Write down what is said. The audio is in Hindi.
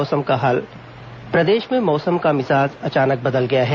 मौसम प्रदेश में मौसम का मिजाज अचानक बदल गया है